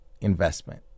investment